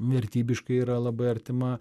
vertybiškai yra labai artima